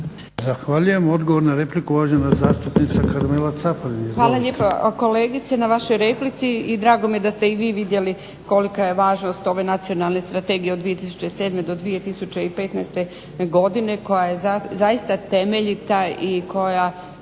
Zahvaljujem.. Odgovor na repliku uvažena zastupnica Karmela Caparin.